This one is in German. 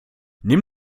nimm